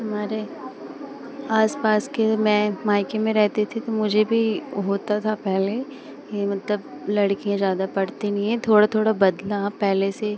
हमारे आस पास के मैं मायके में रहते थे तो मुझे भी होता था पहले यह मतलब लड़कियाँ ज़्यादा पढ़ती नहीं है थोड़ा थोड़ा बदलाव पहले से